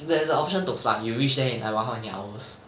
there is the option to fly you reach there in like how many hours